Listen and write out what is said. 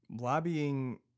lobbying